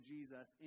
Jesus